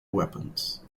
weapons